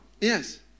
Yes